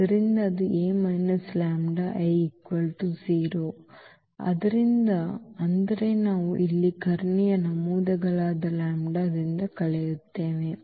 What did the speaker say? ಆದ್ದರಿಂದ ಅದು | A λI | 0 ಆದ್ದರಿಂದ ಅಂದರೆ ನಾವು ಇಲ್ಲಿ ಕರ್ಣೀಯ ನಮೂದುಗಳಾದ ಲ್ಯಾಂಬ್ಡಾದಿಂದ ಕಳೆಯುತ್ತೇವೆ